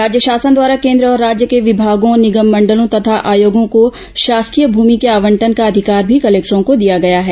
राज्य शासन द्वारा केन्द्र और राज्य के विभागों निगम मंडलों तथा आयोगों को शासकीय भूमि के आवंटन का अधिकार भी कलेक्टरों को दिया गया है